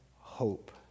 hope